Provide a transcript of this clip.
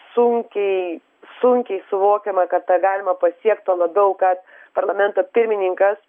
sunkiai sunkiai suvokiama kad tą galima pasiekt tuo labiau kad parlamento pirmininkas